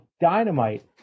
Dynamite